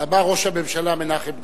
אמר את זה ראש הממשלה מנחם בגין.